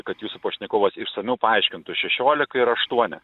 kad jūsų pašnekovas išsamiau paaiškintų šešiolika ir aštuoni